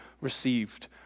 received